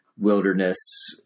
wilderness